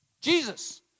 Jesus